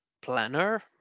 planner